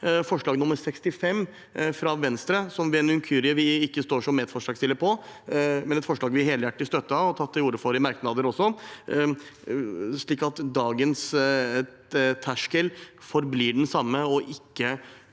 forslag nr. 65, fra Venstre, som vi ved en inkurie ikke står som medforslagsstiller til – det er et forslag vi helhjertet støtter og har tatt til orde for i merknader også – slik at dagens terskel forblir den samme og ikke